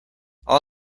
all